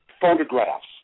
photographs